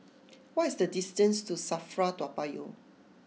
what is the distance to Safra Toa Payoh